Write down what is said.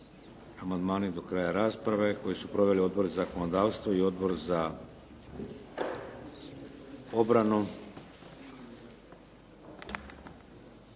Amandmani do kraja rasprave koju su proveli Odbor za zakonodavstvo i Odbor za obranu.